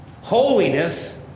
Holiness